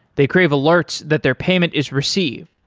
they crave alerts that their payment is received.